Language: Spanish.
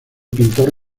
pintor